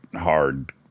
hard